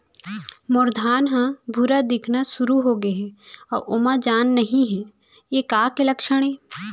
मोर धान ह भूरा दिखना शुरू होगे हे अऊ ओमा जान नही हे ये का के लक्षण ये?